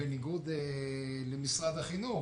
בניגוד למשרד החינוך,